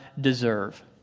deserve